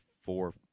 four